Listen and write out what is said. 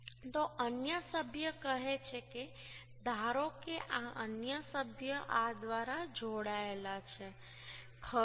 તો અન્ય સભ્ય કહે છે કે ધારો કે આ અન્ય સભ્ય આ દ્વારા જોડાયેલો છે ખરું